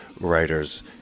writers